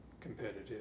competitive